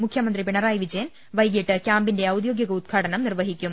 മുഖ്യ മന്ത്രി പിണറായി വിജയൻ വൈകീട്ട് ക്യാമ്പിന്റെ ഒദ്യോഗിക ഉദ്ഘാടനം നിർവ്വഹിക്കും